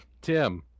Tim